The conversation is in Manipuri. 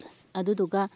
ꯑꯗꯨꯗꯨꯒ